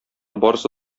барысы